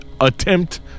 attempt